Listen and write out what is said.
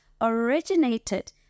originated